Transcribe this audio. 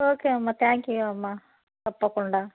okay అమ్మా thank you అమ్మా తప్పకుండా